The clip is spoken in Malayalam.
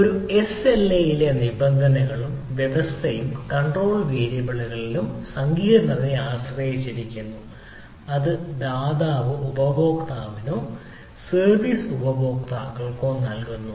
ഒരു എസ്എൽഎയിലെ നിബന്ധനകളും വ്യവസ്ഥയും കൺട്രോൾ വേരിയബിളുകളുടെ സങ്കീർണ്ണതയെ ആശ്രയിച്ചിരിക്കുന്നു അത് ദാതാവ് ഉപഭോക്താവിനോ സർവീസ് ഉപഭോക്താക്കൾക്കോ നൽകുന്നു